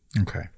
Okay